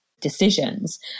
decisions